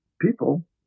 people